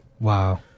Wow